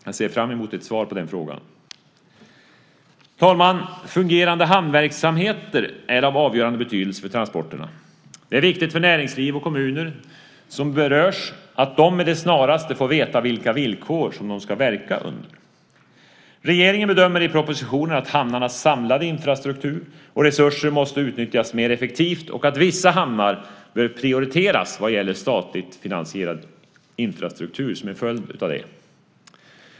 Jag ser fram emot ett svar där. Fru talman! Fungerande hamnverksamheter är av avgörande betydelse för transporterna. Det är viktigt för det näringsliv och de kommuner som berörs att snarast få veta under vilka villkor de ska verka. Regeringen bedömer i sin proposition att hamnarnas samlade infrastruktur och resurser måste utnyttjas mer effektivt och att vissa hamnar bör prioriteras vad gäller statligt finansierad infrastruktur som en följd av det.